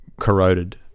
corroded